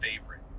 favorite